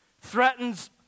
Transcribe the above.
threatens